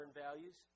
values